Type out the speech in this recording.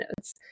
notes